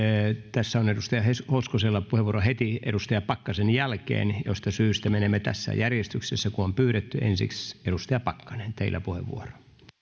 tässä on edustaja hoskosella puheenvuoro heti edustaja pakkasen jälkeen josta syystä menemme tässä järjestyksessä kuin on pyydetty ensiksi edustaja pakkanen teillä puheenvuoro